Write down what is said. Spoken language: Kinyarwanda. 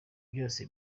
byose